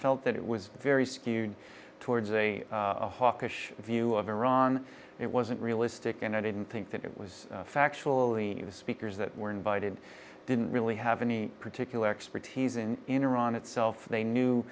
felt that it was very skewed towards a hawkish view of iran it wasn't realistic and i didn't think that it was factually speakers that were invited didn't really have any particular expertise in in iran itself they knew